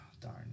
darn